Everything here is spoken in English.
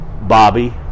Bobby